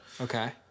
Okay